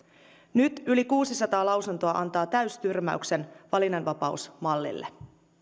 nyt yli kuusisataa lausuntoa antaa täystyrmäyksen valinnanvapausmallille